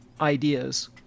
ideas